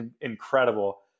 incredible